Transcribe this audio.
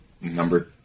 number